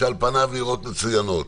שעל פניו נראות מצוינות.